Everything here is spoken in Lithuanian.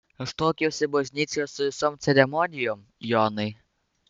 aš tuokiausi bažnyčioje su visom ceremonijom jonai